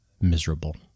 miserable